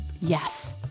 Yes